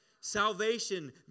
Salvation